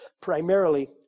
primarily